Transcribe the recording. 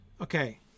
okay